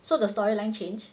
so the storyline change